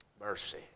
Mercy